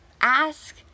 ask